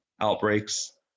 outbreaks